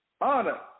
honor